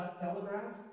telegraph